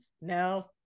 No